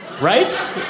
Right